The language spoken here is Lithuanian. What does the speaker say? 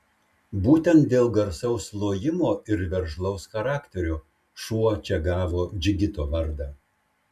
būtent dėl garsaus lojimo ir veržlaus charakterio šuo čia gavo džigito vardą